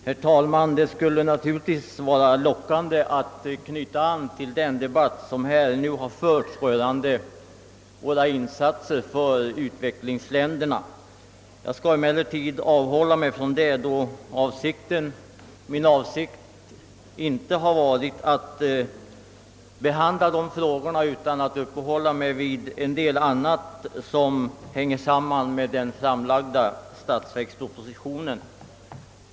Herr talman! Det skulle naturligtvis vara lockande att knyta an till denna debatt om våra insatser för utvecklingsländerna, Jag skall emellertid avhålla mig härifrån, eftersom min avsikt varit att uppehålla mig vid en del annat som hänger samman med den framlagda statsverkspropositionen.